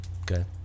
Okay